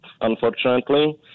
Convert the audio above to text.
unfortunately